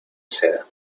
seda